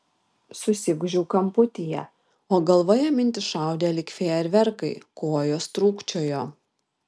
susigūžiau kamputyje o galvoje mintys šaudė lyg fejerverkai kojos trūkčiojo